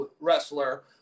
wrestler